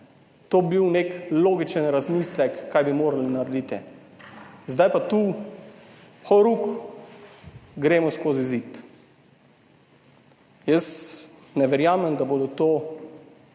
bi bil nek logičen razmislek, kaj bi morali narediti. Zdaj pa tu horuk gremo skozi zid. Jaz ne verjamem, da bodo to